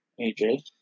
AJ